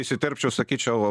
įsiterpčiau sakyčiau